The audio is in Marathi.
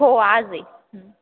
हो आज आहे